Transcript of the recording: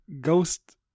Ghost